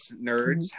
nerds